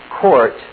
court